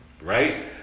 right